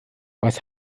was